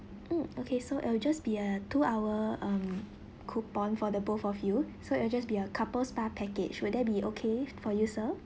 mm okay so it'll just be a two hour um coupon for the both of you so it'll just be a couple spa package will that be okay for you sir